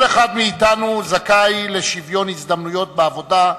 כל אחד מאתנו זכאי לשוויון הזדמנויות בעבודה,